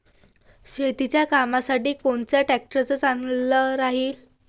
शेतीच्या कामासाठी कोनचा ट्रॅक्टर चांगला राहीन?